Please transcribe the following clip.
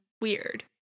weird